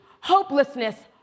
hopelessness